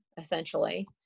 essentially